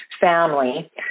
family